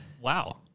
wow